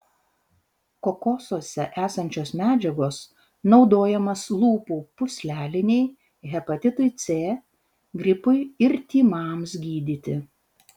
kokosuose esančios medžiagos naudojamos lūpų pūslelinei hepatitui c gripui ir tymams gydyti